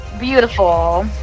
Beautiful